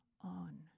on